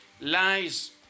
lies